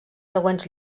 següents